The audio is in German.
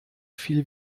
viel